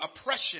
oppression